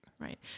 Right